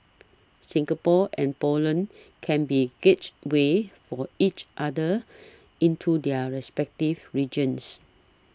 Singapore and Poland can be gateways for each other into their respective regions